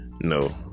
no